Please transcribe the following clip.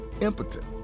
impotent